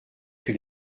que